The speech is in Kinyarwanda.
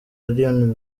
allioni